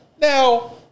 Now